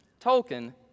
Tolkien